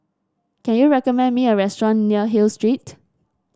can you recommend me a restaurant near Hill Street